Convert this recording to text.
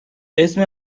اسم